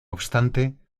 obstante